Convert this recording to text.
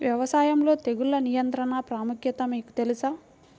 వ్యవసాయంలో తెగుళ్ల నియంత్రణ ప్రాముఖ్యత మీకు తెలుసా?